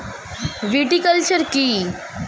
Viticulture কী?